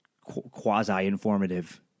quasi-informative